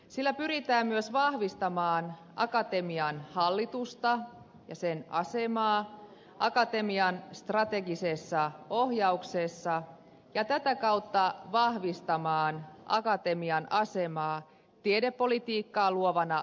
sillä pyritään myös vahvistamaan akatemian hallitusta ja sen asemaa akatemian strategisessa ohjauksessa ja tätä kautta vahvistamaan akatemian asemaa tiedepolitiikkaa luovana organisaationa